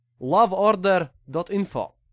loveorder.info